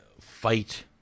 fight